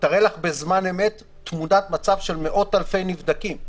תראה לך בזמן אמת תמונת מצב של מאות אלפי נבדקים.